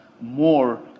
more